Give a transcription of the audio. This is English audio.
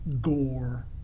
gore